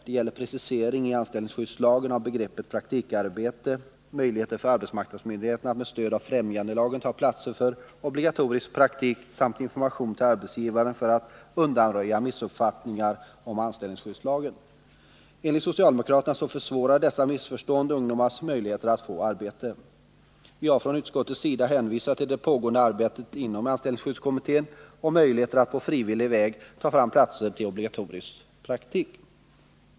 Det gäller precisering i anställningsskyddslagen av begreppet praktikarbete, möjligheter för arbetsmarknadsmyndigheterna att med stöd av främjandelagen ta fram platser för obligatorisk praktik samt information till arbetsgivarna för att undanröja missuppfattningar om anställningsskyddslagen. Enligt socialdemokraterna försvårar dessa missförstånd ungdomars möjlighet att få arbete. Vi har från utskottets sida hänvisat till det pågående arbetet inom anställningsskyddskommittén och möjligheter att på frivillig väg ta fram platser för obligatorisk praktik.